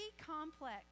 complex